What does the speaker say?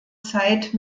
zeit